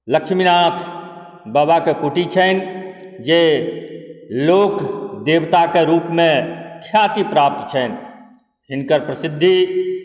लक्ष्मीनाथ बाबाके कुटी छनि जे लोकदेवताके रूपमे ख्याति प्राप्त छनि हिनकर प्रसिद्धी